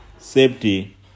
Safety